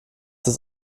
das